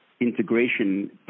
integration